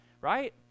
right